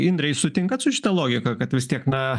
indre jūs sutinkat su šita logika kad vis tiek na